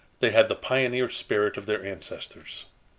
they had the pioneer spirit of their ancestors.